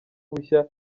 bushya